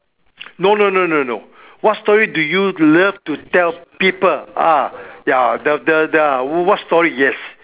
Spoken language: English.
no no no no no what story do you love to tell people ah ya the the the what story yes